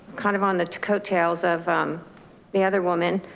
kind of on the coattails of the other woman.